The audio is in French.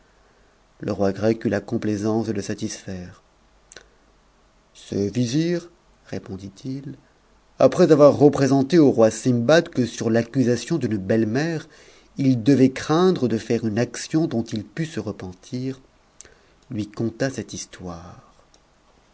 le roi grec eut la complaisance de le satisfaire ce vizir répondit-il après avoir représenté au roi sindbad que sur l'accusation d'une belle-mère il devait craindre de faire une action dont il pût se repentir lui conta cette histoire